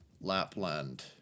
Lapland